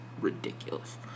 ridiculous